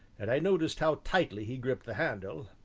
and i noticed how tightly he gripped the handle,